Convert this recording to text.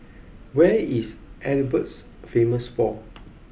where is Edinburghs famous for